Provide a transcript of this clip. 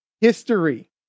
History